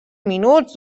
minuts